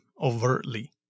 overtly